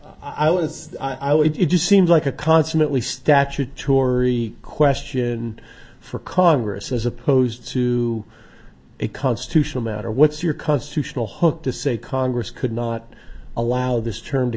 i was i would it just seems like a consummately statutory question for congress as opposed to a constitutional matter what's your constitutional hook to say congress could not allow this term to